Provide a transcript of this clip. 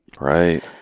Right